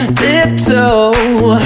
tiptoe